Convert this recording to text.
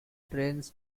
drains